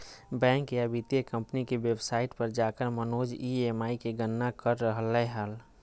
bank या वित्तीय company के वेबसाइट पर जाकर मनोज ई.एम.आई के गणना कर रहलय हल